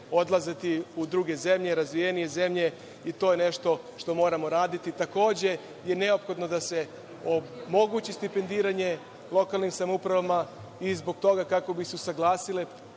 odlaziti u druge zemlje, razvijenije zemlje i to je nešto što moramo raditi. Takođe je neophodno da se omogući stipendiranje lokalnim samoupravama i zbog toga kako bi se usaglasile